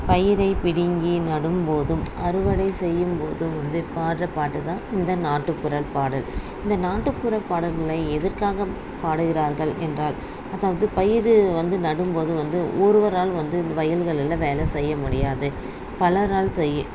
பயிரை பிடிங்கி நடும்போதும் அறுவடை செய்யும்போதும் வந்து பாடுற பாட்டு தான் இந்த நாட்டுப்புற பாடல் இந்த நாட்டுப்புற பாடல்களை எதுக்காக பாடுகிறார்கள் என்றால் அதாவது பயிர் வந்து நடும்போது வந்து ஒருவரால் வந்து இந்த வயல்களில் வேலை செய்ய முடியாது பலரால் செய்ய